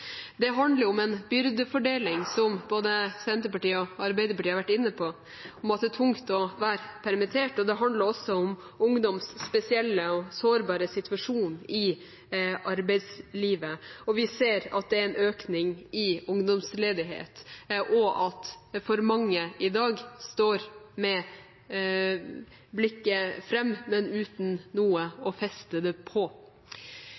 Det handler om en byrdefordeling, som både Senterpartiet og Arbeiderpartiet har vært inne på, om at det er tungt å være permittert, og det handler også om ungdoms spesielle og sårbare situasjon i arbeidslivet. Vi ser at det er økning i ungdomsledighet, og at for mange i dag står med blikket framover, men uten noe å feste det på.